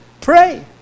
Pray